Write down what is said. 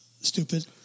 stupid